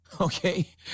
okay